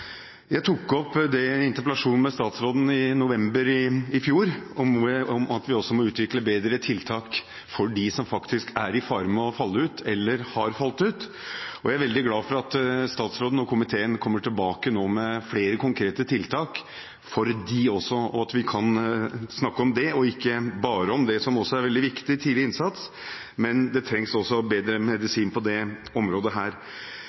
Jeg tok opp i en interpellasjon til statsråden i november i fjor at vi også må utvikle bedre tiltak for dem som faktisk står i fare for å falle ut, eller er falt ut. Jeg er veldig glad for at statsråden og komiteen kommer tilbake nå med flere konkrete tiltak for dem også, og at vi kan snakke om dette og ikke bare det som også er veldig viktig: tidlig innsats. Det trengs også bedre medisin på dette området.